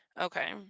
okay